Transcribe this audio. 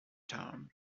town